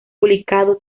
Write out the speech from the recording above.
publicado